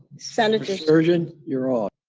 senator sturgeon, you're on.